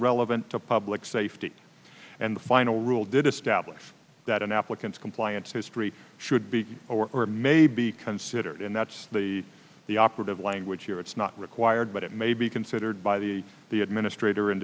relevant to public safety and the final rule did establish that an applicant's compliance history should be or may be considered and that's the operative language here it's not required but it may be considered by the the administrator in